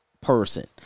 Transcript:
person